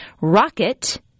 rocket